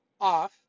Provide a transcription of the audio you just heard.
off